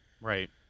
Right